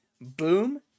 Boom